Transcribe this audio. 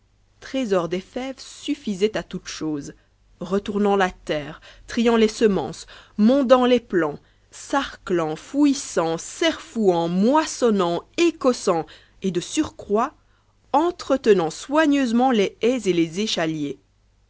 trésor des fèves suffisait à toutes choses retournant la terre triant les semences mondant tes plants sarclant fouissant serfouant moissonnant écossant et de surerolt entretenant soigneusement les haies et les échaliers